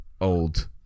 old